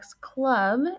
club